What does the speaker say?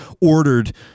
ordered